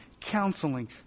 counseling